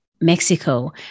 Mexico